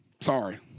Sorry